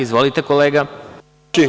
Izvolite, kolega.